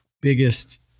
biggest